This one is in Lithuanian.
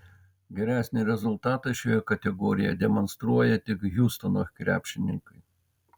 geresnį rezultatą šioje kategorijoje demonstruoja tik hjustono krepšininkai